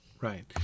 right